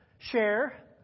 share